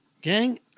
Gang